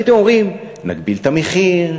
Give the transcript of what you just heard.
והייתם אומרים: נגביל את המחיר,